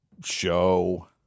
show